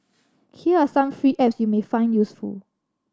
here are some free apps you may find useful